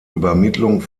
übermittlung